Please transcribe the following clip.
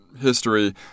history